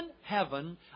heaven